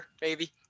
baby